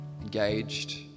engaged